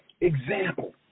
example